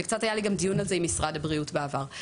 גם היה לי דיון על זה עם משרד הבריאות בעבר.